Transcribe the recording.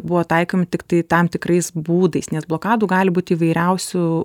buvo taikoma tiktai tam tikrais būdais nes blokadų gali būt įvairiausių